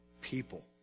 people